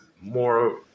more